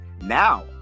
now